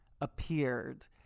appeared